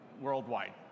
worldwide